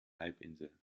halbinsel